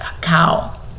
cow